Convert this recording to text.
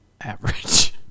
average